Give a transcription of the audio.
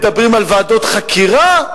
מדברים על ועדות חקירה,